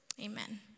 Amen